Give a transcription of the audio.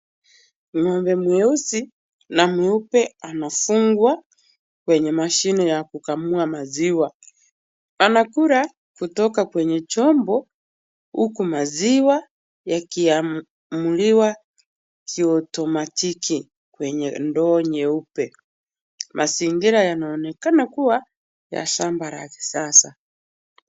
Ng'ombe mweusi na mweupe anafungwa kwenye mashine ya kukamua maziwa. Anakula kutoka kwenye chombo huku maziwa yakiamuliwa kiotomatiki kwenye ndoo nyeupe. Mazingira yanaonekana kuwa ya samba la kisasa.